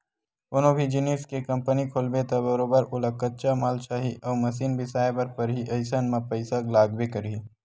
कोनो भी जिनिस के कंपनी खोलबे त बरोबर ओला कच्चा माल चाही अउ मसीन बिसाए बर परही अइसन म पइसा लागबे करही